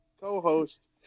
co-host